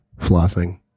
flossing